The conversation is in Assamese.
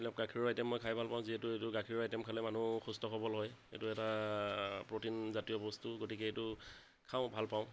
এইবিলাক গাখীৰৰ আইটেম মই খাই ভাল পাওঁ যিহেতু এইটো গাখীৰৰ আইটেম খালে মানুহ সুস্থ সবল হয় এইটো এটা প্ৰটিন জাতীয় বস্তু গতিকে এইটো খাওঁ ভাল পাওঁ